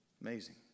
amazing